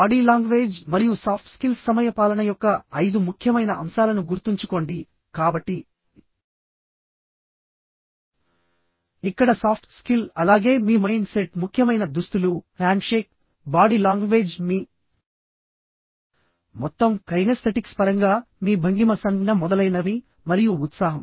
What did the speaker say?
body language మరియు soft skills సమయపాలన యొక్క ఐదు ముఖ్యమైన అంశాలను గుర్తుంచుకోండి కాబట్టి ఇక్కడ సాఫ్ట్ స్కిల్ అలాగే మీ మైండ్ సెట్ ముఖ్యమైన దుస్తులు హ్యాండ్షేక్ బాడీ లాంగ్వేజ్ మీ మొత్తం కైనెస్థెటిక్స్ పరంగా మీ భంగిమ సంజ్ఞ మొదలైనవి మరియు ఉత్సాహం